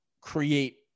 create